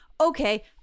okay